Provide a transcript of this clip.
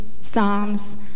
psalms